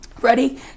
ready